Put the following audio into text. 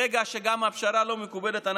ברגע שגם ההפשרה לא מקובלת,